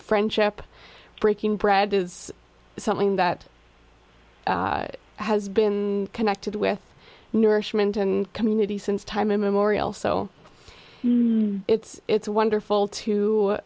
friendship breaking bread is something that has been connected with nourishment and community since time immemorial so it's it's wonderful to